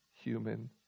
human